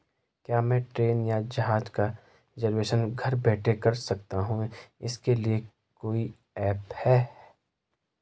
क्या मैं ट्रेन या जहाज़ का रिजर्वेशन घर बैठे कर सकती हूँ इसके लिए कोई ऐप है?